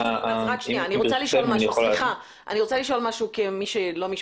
אני רוצה לשאול משהו כמי שלא משפטנית.